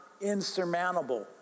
insurmountable